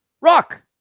rock